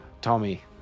Tommy